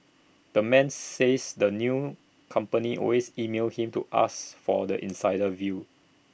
the man says that news companies always email him to ask for the insider's view